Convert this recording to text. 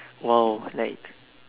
!wow! like